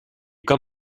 kan